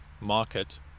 market